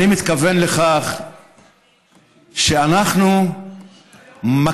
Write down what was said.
אני מתכוון לכך שאנחנו מכירים